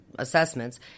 Assessments